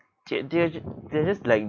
they they're they're just like